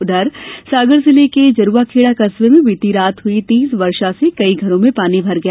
उधर सागर जिले के जरूवाखेड़ा कस्बे में बीती रात हुई तेज बारिश से कई घरों में पानी भर गया